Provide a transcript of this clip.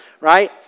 right